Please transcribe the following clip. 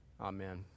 Amen